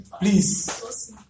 please